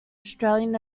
australian